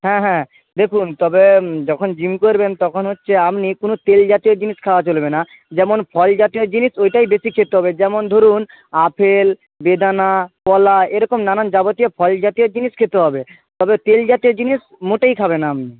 হ্যাঁ হ্যাঁ দেখুন তবে যখন জিম করবেন তখন হচ্ছে আপনি কোনো তেল জাতীয় জিনিস খাওয়া চলবে না যেমন ফল জাতীয় জিনিস ওইটাই বেশি খেতে হবে যেমন ধরুন আপেল বেদানা কলা এরকম নানান যাবতীয় ফল জাতীয় জিনিস খেতে হবে তবে তেল জাতীয় জিনিস মোটেই খাবেন না আপনি